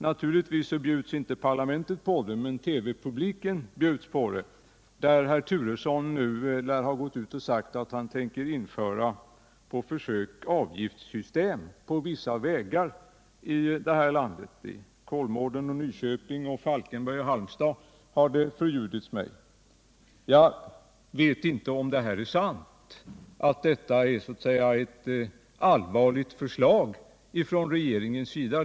Naturligtvis bjuds inte parlamentet utan TV-publiken på det. Herr Turesson lär ha gått ut och sagt att han på försök tänker införa avgiftssystem för vissa vägar i det här landet — i Kolmården, Nyköping, Falkenberg och Halmstad. Jag vet inte om det här är sant, om det är ett allvarligt förslag ifrån regeringens sida.